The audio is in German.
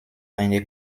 eine